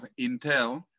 Intel